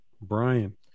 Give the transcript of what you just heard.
Brian